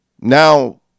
now